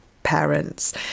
parents